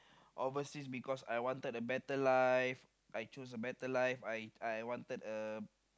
overseas because I wanted a better life I choose a better life I I wanted a